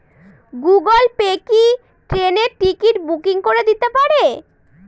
Google Pay কি ট্রেনের ticket booking করে দিতে পারে?